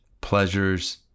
pleasures